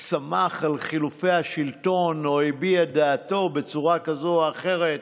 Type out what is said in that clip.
לא שמח על חילופי השלטון או הביע את דעתו בצורה כזאת או אחרת.